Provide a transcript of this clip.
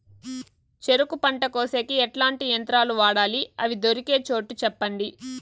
చెరుకు పంట కోసేకి ఎట్లాంటి యంత్రాలు వాడాలి? అవి దొరికే చోటు చెప్పండి?